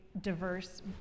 diverse